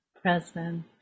present